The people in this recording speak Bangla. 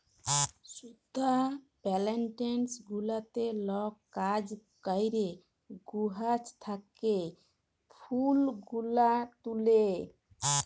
সুতা পেলেনটেসন গুলাতে লক কাজ ক্যরে গাহাচ থ্যাকে ফুল গুলান তুলে